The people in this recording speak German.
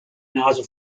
nase